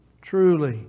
truly